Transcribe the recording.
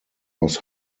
was